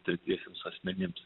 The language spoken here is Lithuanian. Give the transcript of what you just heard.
tretiesiems asmenims